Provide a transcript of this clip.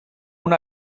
una